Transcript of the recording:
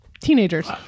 teenagers